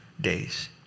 days